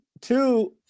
two